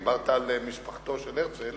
דיברת על משפחתו של הרצל.